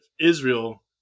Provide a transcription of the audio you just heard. Israel